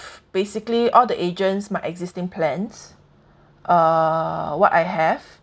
basically all the agents my existing plans err what I have